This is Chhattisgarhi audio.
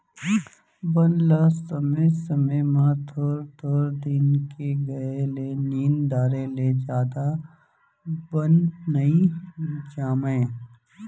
बन ल समे समे म थोर थोर दिन के गए ले निंद डारे ले जादा बन नइ जामय